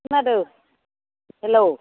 खोनादो हेल'